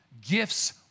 gifts